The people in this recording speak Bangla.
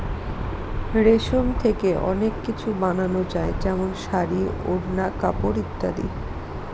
রেশম থেকে অনেক কিছু বানানো যায় যেমন শাড়ী, ওড়না, কাপড় ইত্যাদি